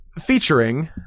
Featuring